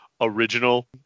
original